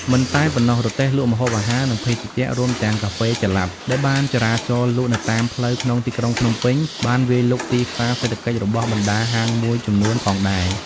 មិនតែប៉ុណ្ណោះ រទេះលក់ម្ហូបអាហារ និងភេសជ្ជៈ រួមទាំងកាហ្វេចល័ត ដែលបានចរាចរណ៍លក់នៅតាមផ្លូវក្នុងទីក្រុងភ្នំពេញបានវាយលុកទីផ្សារសេដ្ឋកិច្ចរបស់បណ្តាហាងមួយចំនួនផងដែរ